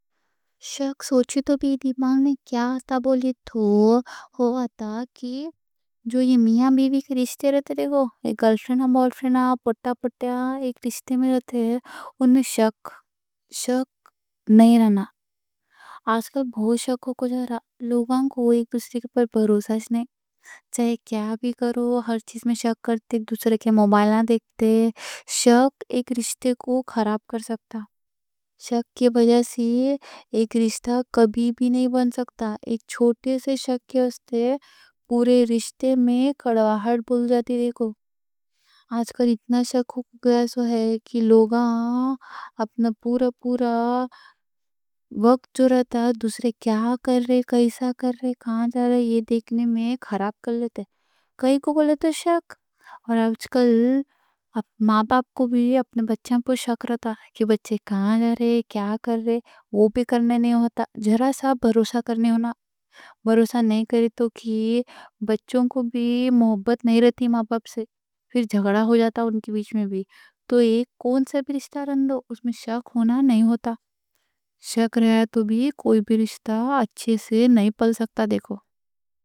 شک سوچی تو دماغ میں کیا آتا بولے تو، وہ آتا کہ یہ میاں بیوی کے رشتے رہتے، دیکھو۔ گرل فرینڈ، بوائے فرینڈ، پٹا پٹا، ایک رشتے میں رہتے۔ ان میں شک، شک نہیں رہنا۔ آج کل بہت شک ہو گیا ہے، لوگاں کو ایک دوسرے پہ بھروسہ نہیں، چاہے کیا بھی کرو۔ ہر چیز میں شک کرتے، ایک دوسرے کے موبائل نہ دیکھتے۔ شک ایک رشتے کو خراب کر سکتا، شک کی وجہ سے ایک رشتہ کبھی بھی نہیں بن سکتا۔ ایک چھوٹے سے شک کے واسطے پورے رشتے میں کڑواہٹ بول جاتی۔ دیکھو، آج کل اتنا شک ہو گیا سو ہے کہ لوگاں اپنا پورا پورا وقت جو رہتا، دوسرے کیا کر رہے، کیسا کر رہے، یہ دیکھنے میں خراب کر لیتے۔ کائیں کوں غلط شک۔ اور آج کل ماں باپ کو بھی اپنے بچیاں پہ شک رہتا، کہ بچے کہاں جا رہے، کیا کر رہے، وہ بھی کرنے نہیں ہوتا۔ ذرا سا بھروسہ کرنے ہونا، بھروسہ نہیں کریں تو بچوں کو بھی محبت نہیں رہتی ماں باپ سے، پھر جھگڑا ہو جاتا ان کے بیچ میں بھی۔ تو ایک کون سا بھی رشتہ رہن دو، اس میں شک ہونا نہیں ہوتا۔ شک رہا تو بھی کوئی بھی رشتہ اچھے سے نہیں پل سکتا، دیکھو۔